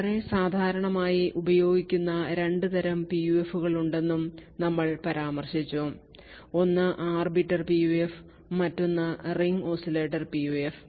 വളരെ സാധാരണമായി ഉപയോഗിക്കുന്ന 2 തരം പിയുഎഫുകളുണ്ടെന്നും നമ്മൾ പരാമർശിച്ചു ഒന്ന് ആർബിറ്റർ പിയുഎഫ് മറ്റൊന്ന് റിംഗ് ഓസിലേറ്റർ പിയുഎഫ്